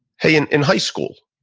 hey, in in high school,